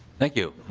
thank you.